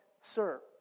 sir